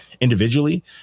individually